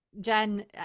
Jen